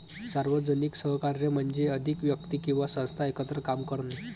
सार्वजनिक सहकार्य म्हणजे अधिक व्यक्ती किंवा संस्था एकत्र काम करणे